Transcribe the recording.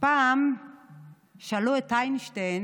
פעם שאלו את איינשטיין